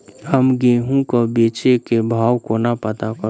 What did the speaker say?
हम गेंहूँ केँ बेचै केँ भाव कोना पत्ता करू?